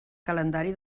calendari